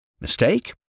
Mistake